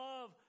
love